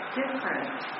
different